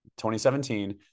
2017